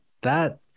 That-